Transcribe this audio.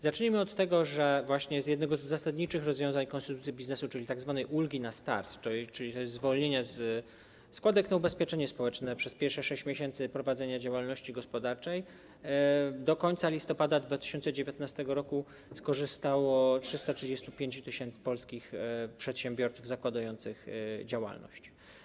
Zacznijmy od tego, że właśnie z jednego z zasadniczych rozwiązań z konstytucji biznesu, czyli z tzw. ulgi na start - to jest zwolnienie ze składek na ubezpieczenie społeczne przez pierwsze 6 miesięcy prowadzenia działalności gospodarczej - do końca listopada 2019 r. skorzystało 335 tys. polskich przedsiębiorców zakładających działalność.